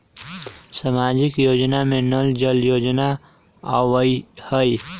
सामाजिक योजना में नल जल योजना आवहई?